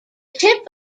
tip